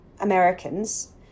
Americans